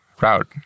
route